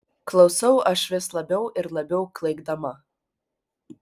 klausau aš vis labiau ir labiau klaikdama